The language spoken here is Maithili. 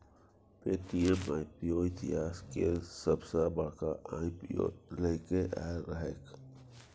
पे.टी.एम आई.पी.ओ इतिहास केर सबसॅ बड़का आई.पी.ओ लए केँ आएल रहैक